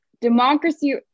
democracy